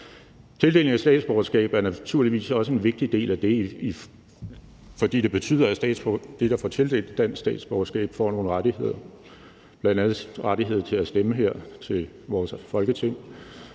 Tildelingen af et statsborgerskab er naturligvis også en vigtig del af det, fordi det betyder, at de, der får tildelt et dansk statsborgerskab, får nogle rettigheder, bl.a. en rettighed til at stemme til vores folketingsvalg,